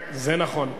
נכון,